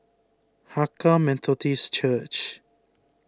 Hakka Methodist Church